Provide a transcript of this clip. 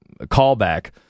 callback